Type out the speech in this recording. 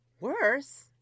Worse